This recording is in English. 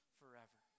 forever